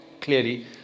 clearly